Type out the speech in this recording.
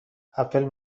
اپل